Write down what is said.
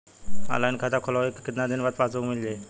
Online खाता खोलवईले के कितना दिन बाद पासबुक मील जाई?